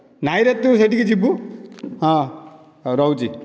ନାହିଁ ରେ ତୁ ସେଇଠି ଯିବୁ ହଁ ରହୁଛି